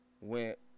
went